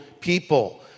people